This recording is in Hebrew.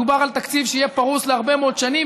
מדובר על תקציב שיהיה פרוס להרבה מאוד שנים,